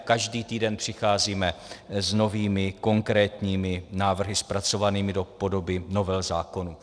Každý týden přicházíme s novými konkrétními návrhy, zpracovanými do podoby novel zákonů.